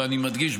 ואני מדגיש,